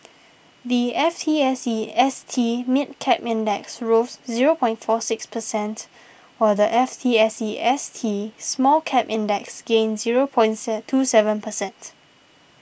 the F T S E S T Mid Cap Index rose zero point forty six precent while the F T S E S T Small Cap Index gained zero point twenty seven precent